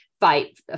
Fight